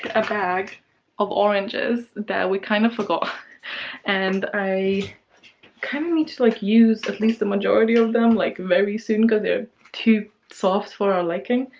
a bag of oranges that we kind of forgot and i kind of need to, like, use at least the majority of them like, very soon because they're too soft for our liking.